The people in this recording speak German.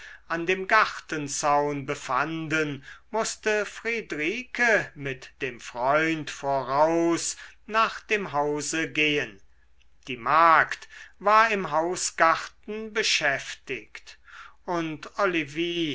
an dem gartenzaun befanden mußte friedrike mit dem freund voraus nach dem hause gehen die magd war im hausgarten beschäftigt und olivie